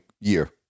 year